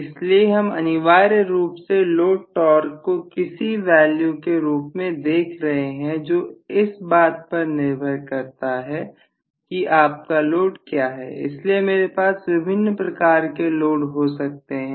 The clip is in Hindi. इसलिए हम अनिवार्य रूप से लोड टॉर्क को किसी वैल्यू के रूप में देख रहे हैं जो इस बात पर निर्भर करता है कि आपका लोड क्या है इसलिए मेरे पास विभिन्न प्रकार के लोड हो सकते हैं